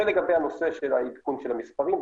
זה לגבי הנושא של העדכון של המספרים,